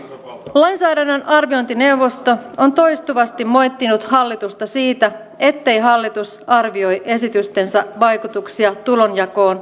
lainsäädännön arviointineuvosto on toistuvasti moittinut hallitusta siitä ettei hallitus arvioi esitystensä vaikutuksia tulonjakoon